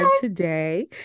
today